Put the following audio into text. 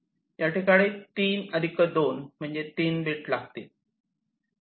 याठिकाणी 3 2 म्हणजे 3 बीट लागतील